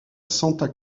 santa